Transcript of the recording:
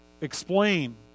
explain